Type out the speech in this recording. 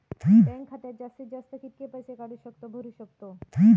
Bank खात्यात जास्तीत जास्त कितके पैसे काढू किव्हा भरू शकतो?